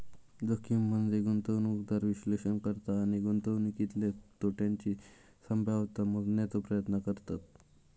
जोखीम म्हनजे गुंतवणूकदार विश्लेषण करता आणि गुंतवणुकीतल्या तोट्याची संभाव्यता मोजण्याचो प्रयत्न करतत